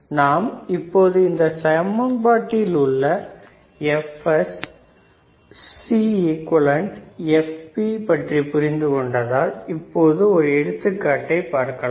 நாம் இப்பொழுது இந்த சமன்பாட்டில் உள்ள Fs C equivalent Fpஐ புரிந்து கொண்டதால் இப்பொழுது ஒரு எடுத்துக்காட்டை பார்க்கலாம்